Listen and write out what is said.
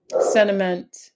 sentiment